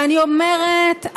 ואני אומרת,